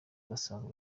udasanzwe